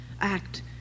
act